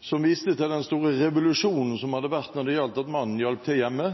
som viste til den store revolusjonen som hadde skjedd når det gjaldt at mannen hjalp til hjemme.